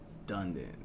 redundant